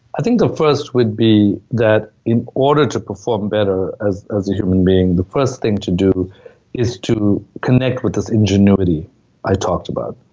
i think the first would be that in order to perform better as as a human being, the first thing to do is to connect with this ingenuity i talked about,